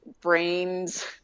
brains